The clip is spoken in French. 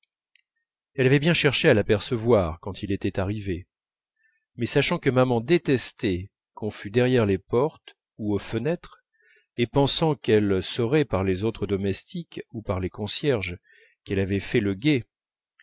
elle avait bien cherché à l'apercevoir quand il était arrivé mais sachant que maman détestait qu'on fût derrière les portes ou aux fenêtres et pensant qu'elle saurait par les autres domestiques ou par les concierges qu'elle avait fait le guet